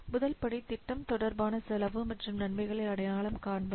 முதல் படி திட்டம் தொடர்பான செலவு மற்றும் நன்மைகளை அடையாளம் காண்பது